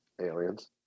Aliens